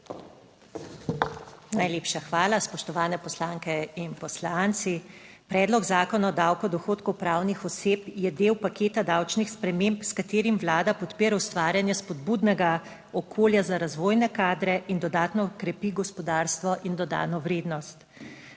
Najlepša hvala. Spoštovani poslanke in poslanci! Predlog zakona o davku od dohodkov pravnih oseb je del paketa davčnih sprememb, s katerim Vlada podpira ustvarjanje spodbudnega okolja za razvojne kadre in dodatno krepi gospodarstvo in dodano vrednost.